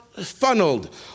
funneled